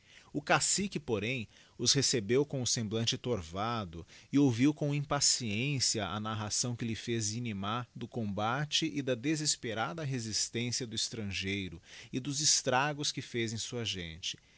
o cacique porém os recebeu cora o semblante torvado e ouviu com impaciência a narração que lhe fez inimá do combate da desesperada resistência do estrangeiro e dos estragos que fez em sua gente